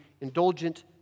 indulgent